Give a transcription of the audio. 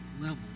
level